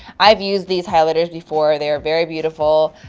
i've used these highlighters before they are very beautiful.